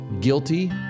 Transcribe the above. guilty